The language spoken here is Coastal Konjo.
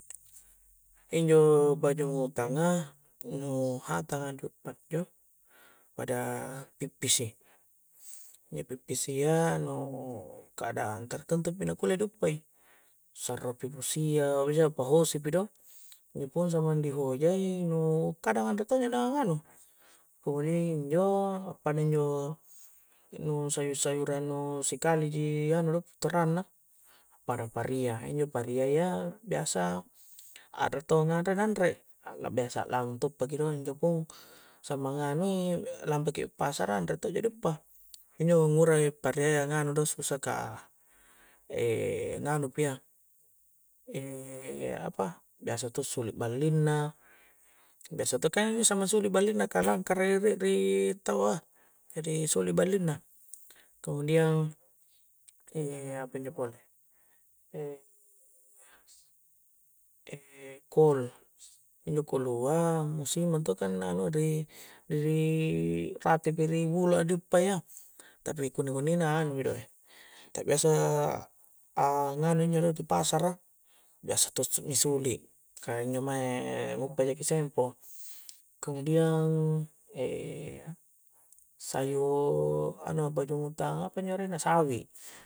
Injo' pajumutanga' nu' hatanga guppa' injo', pada pippisi' injo' pippisi'a nu' kadang' tertentupi na kulle' diuppa'i sarro'pi bosi'a hosi' pado', injo' pun samang di hoja'i nu' kadang anre' to' ja' naung nganu' kemudian injo' pada injo' nu sayu-sayuran nu' sikali' ji nganu' do turang'na, pada paria', injo' paria' ya biasa a're tong' nganre nanre, a'la biasa a' lamu' to' paki do' injo' pun samang nganu'i lampa' ki pasara' anre' to' ji di uppa' injo' ngurai' paria' ya nganu' do susah kah, e' nganu' pi iya e' apa biasa itu sulli balling na biasa tong kan samang sulu'i balling' na kah langka ra' re' ri' tawwa jadi suli' balinna kemudian e' apa injo' pole e' kol, injo' kolu'a musimang to' kan nanu' ri' rate' pi ri' bula' diuppa' ya tapi kunni-kunni' na anu'mi do ta' biasa a' nganu' injo' nu do' di pasara' kah biasa to' si' missuli kah injo' mae' guppa' jaki' sempo' kemudian, e' sayur anu'a pajumutang apa injo' arenna, sawi'